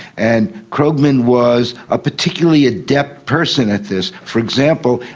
and krogman was a particularly adept person at this. for example,